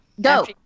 Go